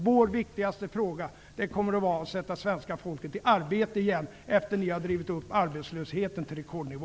Vår viktigaste fråga, Alf Svensson, kommer att vara att sätta svenska folket i arbete igen efter det att ni har drivit upp arbetslösheten på rekordnivå.